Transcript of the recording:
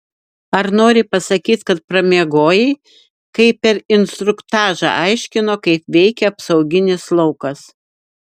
ar nori pasakyti kad pramiegojai kai per instruktažą aiškino kaip veikia apsauginis laukas